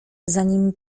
zanim